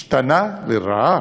השתנה לרעה.